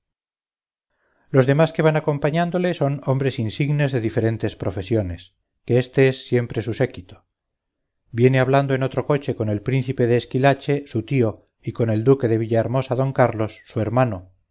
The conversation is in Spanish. los demás que van acompañándole son hombres insignes de diferentes profesiones que éste es siempre su séquito viene hablando en otro coche con el príncipe de esquilache su tío y con el duque de villahermosa don carlos su hermano